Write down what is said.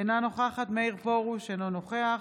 אינה נוכחת מאיר פרוש, אינו נוכח